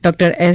doctor S